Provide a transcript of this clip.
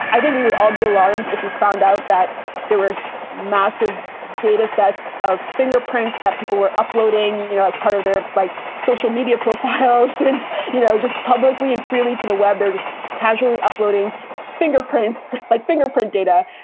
i think we would all be alarmed if we found out that there were massive data sets of fingerprints that people were uploading and you know, as part of their like social media profiles. and you know, just publicly and freely to the web, they're just casually uploading fingerprints like fingerprint data.